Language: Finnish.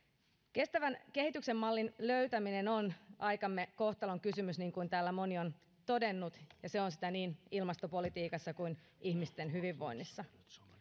kestävän kehityksen mallin löytäminen on aikamme kohtalonkysymys niin kuin täällä moni on todennut ja se on sitä niin ilmastopolitiikassa kuin ihmisten hyvinvoinnissa